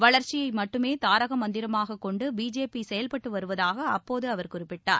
வளர்ச்சியை மட்டுமே தாரக மந்திரமாகக் கொண்டு பிஜேபி செயல்பட்டு வருவதாக அப்போது அவர் குறிப்பிட்டார்